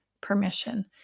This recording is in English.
permission